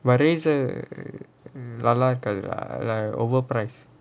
the razar நல்லா இருக்காது:nallaa irukaathu lah like over price